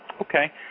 okay